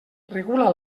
regula